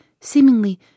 seemingly